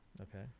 Okay